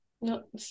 no